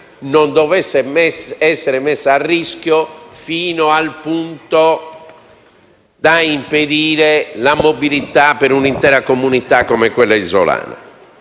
non dovesse essere messa a rischio fino al punto di impedire la mobilità per un'intera comunità come quella isolana.